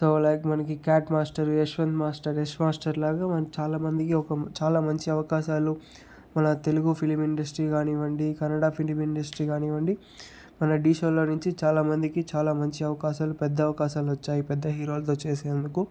so like మనకి కాట్ master Yashwant master Yash మాస్టర్లాగా చాలా మందికి ఒక చాలా మంచి అవకాశాలు మన తెలుగు ఫిలిం ఇండస్ట్రీ కానివ్వండి కన్నడ ఫిలిం ఇండస్ట్రీ కానివ్వండి మన ఢీ షోలో నించి చాలా మందికి చాలా మంచి అవకాశాలు పెద్ద అవకాశాలు వచ్చాయి పెద్ద హీరోలతో చేసేందుకు